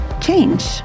change